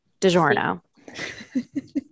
DiGiorno